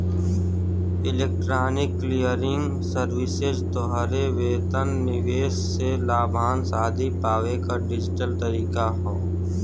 electronic clearing services तोहरे वेतन, निवेश से लाभांश आदि पावे क डिजिटल तरीका हौ